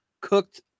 cooked